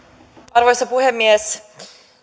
arvoisa puhemies